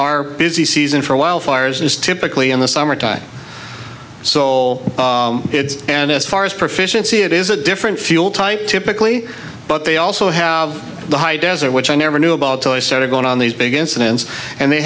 are busy season for wildfires is typically in the summertime soul and as far as proficiency it is a different feel type typically but they also have the high desert which i never knew about till i started going on these big incidents and they